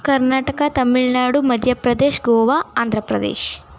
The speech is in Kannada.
ಕರ್ನಾಟಕ ತಮಿಳುನಾಡು ಮಧ್ಯ ಪ್ರದೇಶ ಗೋವಾ ಆಂಧ್ರ ಪ್ರದೇಶ